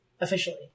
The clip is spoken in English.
officially